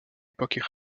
époque